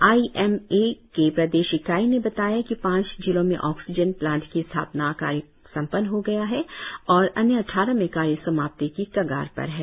I M A के प्रदेश इकाई ने बताया कि पांच जिलों में ऑक्सीजन प्लांट की स्थापना का कार्य संपन्न हो गया है और अन्य अद्वारह में कार्य समाप्ति की कगार पर है